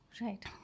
right